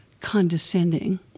condescending